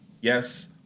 yes